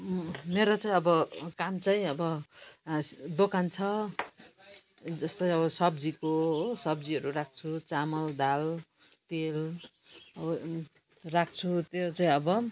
मेरो चाहिँ अब काम चाहिँ अब दोकान छ जस्तै अब सब्जीको हो सब्जीहरू राख्छु चामल दाल तेल राख्छु त्यो चाहिँ अब